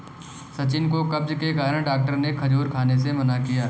सचिन को कब्ज के कारण डॉक्टर ने खजूर खाने से मना किया